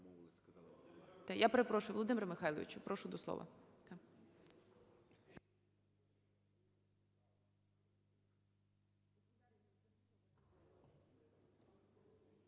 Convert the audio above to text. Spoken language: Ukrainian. Я перепрошую, Володимире Михайловичу, прошу до слова.